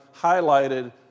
highlighted